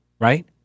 right